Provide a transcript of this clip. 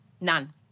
None